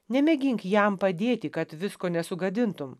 nemėgink jam padėti kad visko nesugadintum